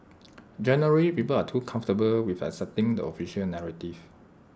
generally people are too comfortable with accepting the official narrative